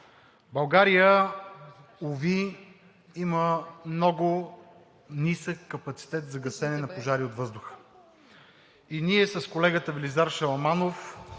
България, уви, има много нисък капацитет за гасене на пожари от въздуха. Ние с колегата Велизар Шаламанов